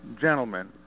gentlemen